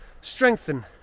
strengthen